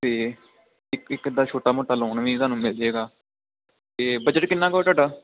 ਅਤੇ ਇੱਕ ਇੱਕ ਅੱਧਾ ਛੋਟਾ ਮੋਟਾ ਲੋਨ ਵੀ ਤੁਹਾਨੂੰ ਮਿਲ ਜਾਏਗਾ ਅਤੇ ਬਜਟ ਕਿੰਨਾ ਕੁ ਆ ਤੁਹਾਡਾ